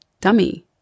dummy